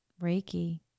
Reiki